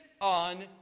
on